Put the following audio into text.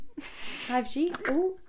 5G